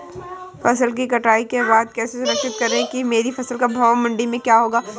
फसल की कटाई के बाद कैसे सुनिश्चित करें कि मेरी फसल का भाव मंडी में क्या होगा?